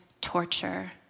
torture